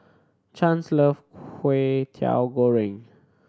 Chance love Kway Teow Goreng